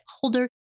holder